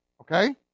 Okay